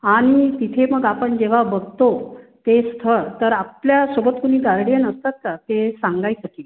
आणि तिथे मग आपण जेव्हा बघतो ते स्थळ तर आपल्यासोबत कुणी गार्डीयन असतात का ते सांगायसाठी